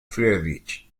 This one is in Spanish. friedrich